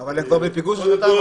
אבל הם כבר בטיפול שנתיים וחצי.